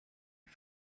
phd